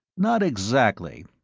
not exactly.